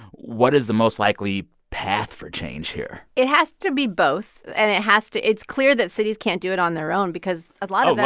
what is the most likely path for change here? it has to be both, and it has to it's clear that cities can't do it on their own because a lot them.